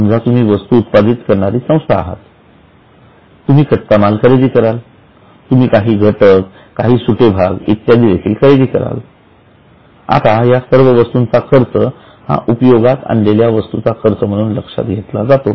समजा तुम्ही वस्तू उत्पादित करणारी संस्था आहात तुम्ही कच्चामाल खरेदी कराल तुम्ही काही घटककाही सुटे भाग इत्यादी देखील खरेदी कराल आता या सर्व वस्तूंचा खर्च हा उपयोगात आणलेल्या वस्तू चा खर्च म्हणून लक्षात घेतला जातो